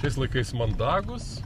šiais laikais mandagūs